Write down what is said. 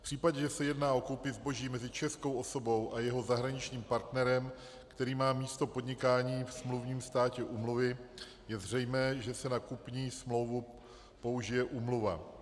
V případě, že se jedná o koupi zboží mezi českou osobou a jejím zahraničním partnerem, který má místo podnikání ve smluvním státě úmluvy, je zřejmé, že se na kupní smlouvu použije úmluva.